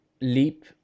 leap